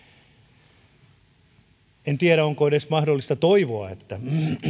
ennen puoltayötä en tiedä onko edes mahdollista toivoa että